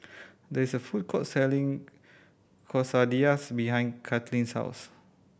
there is a food court selling Quesadillas behind Katlynn's house